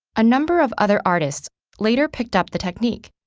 a number of other artists later picked up the technique,